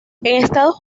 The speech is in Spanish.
estados